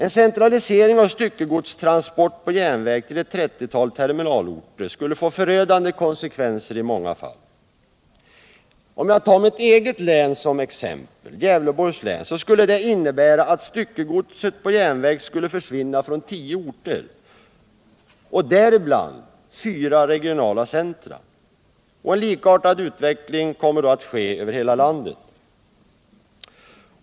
En centralisering av styckegodstransporterna på järnväg till ett 30-tal terminalorter skulle få förödande konsekvenser i många fall. Om jag tar mitt eget län som exempel, Gävleborgs län, skulle det innebära att styckegodset på järnväg skulle försvinna från 10 orter, däribland fyra regionala centra. En likartad utveckling skulle ske över hela landet.